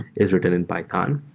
is written in python.